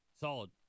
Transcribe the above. Solid